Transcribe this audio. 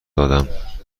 دادم